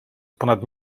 ponad